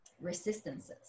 resistances